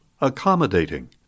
accommodating